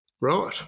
Right